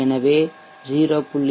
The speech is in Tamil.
எனவே 0